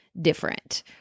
different